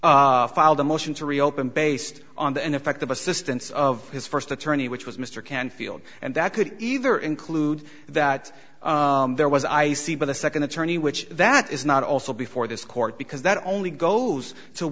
earlier filed a motion to reopen based on the ineffective assistance of his first attorney which was mr canfield and that could either include that there was i c by the second attorney which that is not also before this court because that only goes to